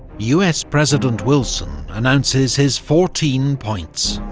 us president wilson announces his fourteen points.